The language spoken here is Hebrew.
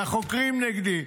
החוקרים נגדי,